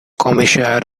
commissaire